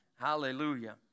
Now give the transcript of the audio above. Hallelujah